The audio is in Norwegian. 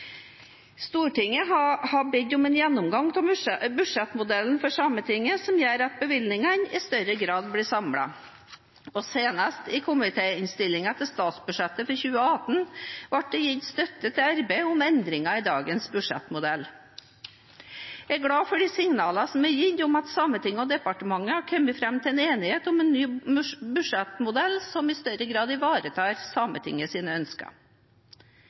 Stortinget har bedt om en gjennomgang av budsjettmodellen for Sametinget som gjør at bevilgningene i større grad blir samlet. Senest i komitéinnstillingen til statsbudsjettet for 2018 ble det gitt støtte til arbeidet med endringer i dagens budsjettmodell. Jeg er glad for de signalene som er gitt, om at Sametinget og departementet har kommet fram til enighet om en ny budsjettmodell, som i større grad ivaretar Sametingets ønsker.